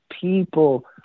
people